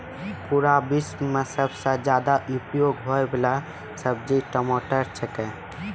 पूरा विश्व मॅ सबसॅ ज्यादा उपयोग होयवाला सब्जी टमाटर छेकै